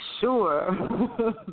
sure